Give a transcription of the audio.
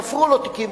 תפרו לו תיקים,